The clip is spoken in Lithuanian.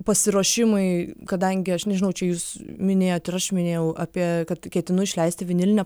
pasiruošimai kadangi aš nežinau čia jūs minėjot ir aš minėjau apie kad ketinu išleisti vinilinę